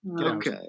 okay